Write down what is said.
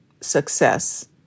success